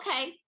okay